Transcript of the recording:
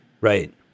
Right